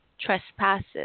trespasses